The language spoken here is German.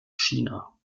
china